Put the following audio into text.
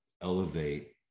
elevate